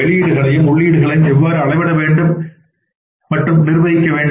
வெளியீடுகளையும் உள்ளீடுகளையும் எவ்வாறு அளவிட வேண்டும் மற்றும் நிர்வகிக்க வேண்டும்